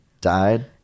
died